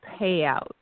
payout